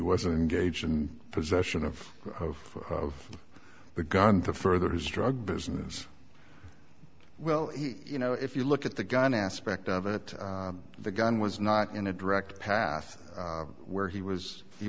wasn't engaged in possession of of of the gun to further his drug business well you know if you look at the gun aspect of it the gun was not in a direct path where he was he